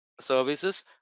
services